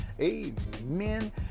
Amen